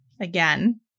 again